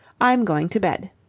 i'm going to bed.